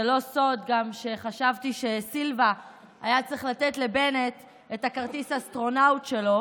זה לא סוד גם שחשבתי שסטיבה היה צריך לתת לבנט את כרטיס האסטרונאוט שלו,